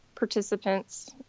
participants